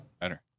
Better